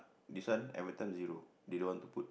this one every time zero they don't want to put